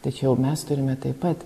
tačiau mes turime taip pat